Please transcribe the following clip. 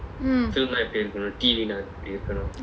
mm